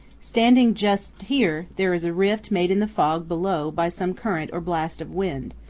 standing just here, there is a rift made in the fog below by some current or blast of wind,